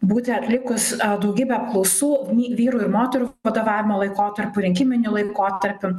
būti atlikus daugybę apklausų vy vyrų ir moterų vadovavimo laikotarpiu rinkiminiu laikotarpiu